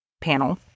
panel